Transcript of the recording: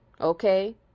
okay